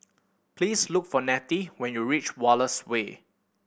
please look for Nettie when you reach Wallace Way